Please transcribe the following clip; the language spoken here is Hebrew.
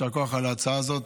יישר כוח על ההצעה הזאת.